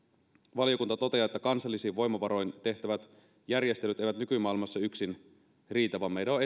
valiokunta toteaa että kansallisin voimavaroin tehtävät järjestelyt eivät nykymaailmassa yksin riitä vaan meidän on